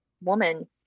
woman